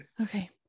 Okay